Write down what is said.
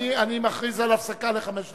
אני מכריז על הפסקה של חמש דקות.